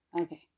Okay